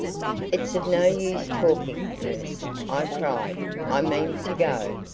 it's of no use talking, nurse, i cried i mean to go.